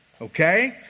okay